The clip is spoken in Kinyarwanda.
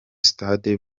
stade